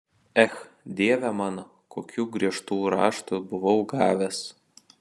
ech dieve mano kokių griežtų raštų buvau gavęs